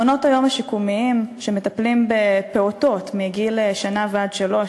מעונות-היום השיקומיים שמטפלים בפעוטות מגיל שנה עד שלוש,